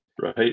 right